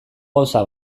gauza